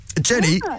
Jenny